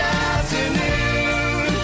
afternoon